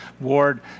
Ward